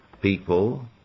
people